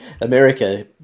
America